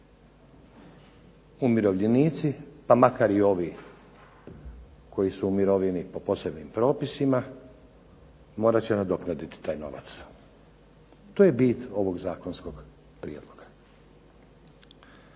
Umirovljenici pa makar i ovi koji su u mirovini po posebnim propisima morat će nadoknaditi taj novac, to je bit ovog zakonskog prijedloga.